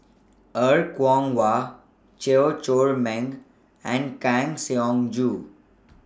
Er Kwong Wah Chew Chor Meng and Kang Siong Joo